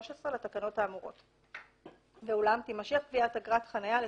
אני פותח את ישיבת ועדת הכלכלה שנועדה